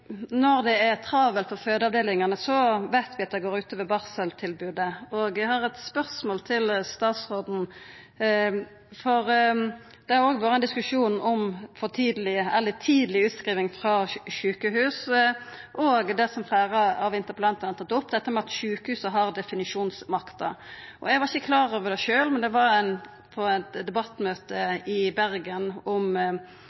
på fødeavdelingane, veit vi at det går ut over barseltilbodet. Eg har eit spørsmål til statsråden, for det har òg vore ein diskusjon om tidleg utskriving frå sjukehus og det som fleire av representantane har tatt opp, at sjukehuset har definisjonsmakta. Eg var ikkje klar over det sjølv, men på eit debattmøte i Bergen om denne problemstillinga vart det sagt frå føretaksleiinga at når eit